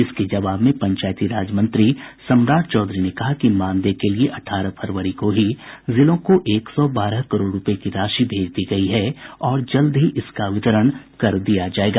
इसके जवाब में पंचायती राज मंत्री सम्राट चौधरी ने कहा कि मानदेय के लिये अठारह फरवरी को ही जिलों को एक सौ बारह करोड़ रूपये की राशि भेज दी गयी है और जल्द ही इसका वितरण कर दिया जायेगा